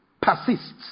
persists